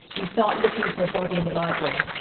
you start looking for a body in the library.